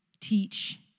teach